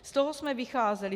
Z toho jsme vycházeli.